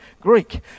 Greek